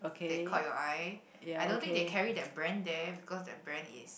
that caught your eye I don't think they carry that brand there because that brand is